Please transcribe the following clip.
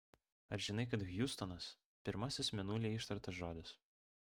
ar žinai kad hjustonas pirmasis mėnulyje ištartas žodis